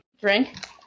Drink